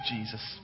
Jesus